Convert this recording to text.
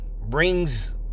brings